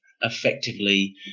effectively –